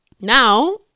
Now